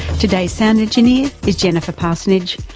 today's sound engineer is jennifer parsonage,